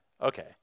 Okay